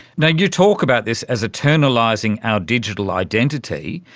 you know you talk about this as eternalising our digital identity.